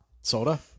soda